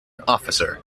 officer